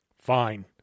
fine